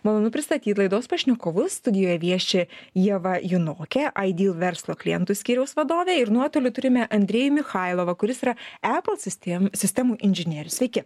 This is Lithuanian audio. malonu pristatyt laidos pašnekovu studijoje vieši ieva junokė ideal verslo klientų skyriaus vadovė ir nuotoliu turime andriejų michailovą kuris yra apple siste sistemų inžinierius sveiki